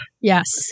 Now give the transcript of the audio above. Yes